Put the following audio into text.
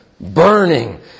burning